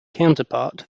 counterpart